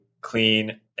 clean